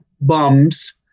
bums